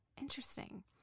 Interesting